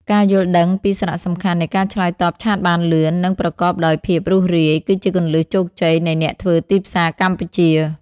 ការយល់ដឹងពីសារៈសំខាន់នៃការឆ្លើយតបឆាតបានលឿន និងប្រកបដោយភាពរស់រាយ គឺជាគន្លឹះជោគជ័យនៃអ្នកធ្វើទីផ្សារកម្ពុជា។